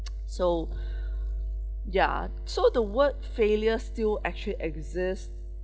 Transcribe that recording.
so ya so the word failure still actually exist